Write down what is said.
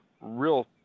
real